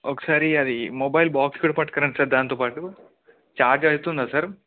ఒకసారి అది mobile box కూడా పట్టుకురండి సార్ దాంతో పాటు ఛార్జ్ అవుతుందా సార్